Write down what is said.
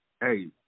Hey